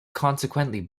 consequently